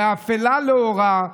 ומאפלה לאורה,